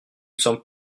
sembles